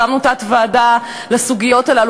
הקמנו תת-ועדה לסוגיות הללו.